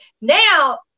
now